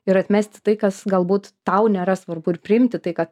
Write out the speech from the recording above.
ir atmesti tai kas galbūt tau nėra svarbu ir priimti tai kad